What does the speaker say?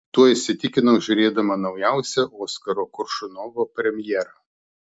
tuo įsitikinau žiūrėdama naujausią oskaro koršunovo premjerą